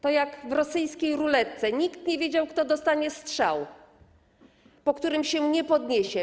To jak w rosyjskiej ruletce: nikt nie wiedział, kto dostanie strzał, po którym się nie podniesie.